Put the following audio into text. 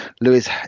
lewis